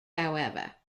however